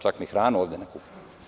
Čak ni hranu ovde ne kupuju.